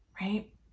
Right